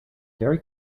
very